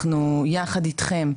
אנחנו יחד אתכם,